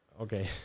Okay